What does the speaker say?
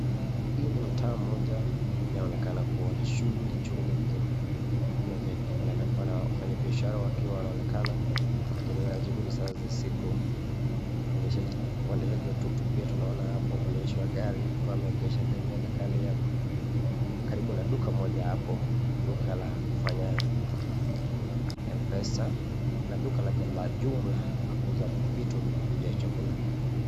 Hii ni mtaa moja inaonekana kuwa na shughuli chungu nzima, kuna wafanya biashara wakiwa wanaonekana wakiendelea na shughuli zao za siku .Mwendeshaji wa tuktuk pia tunaona hapo mwendeshi wa gari, akiwa ameegesha gari yake kando karibu na duka moja hapo ,duka la kufanya Mpesa, na duka lake la jumla la kuuza vitu vya chakula.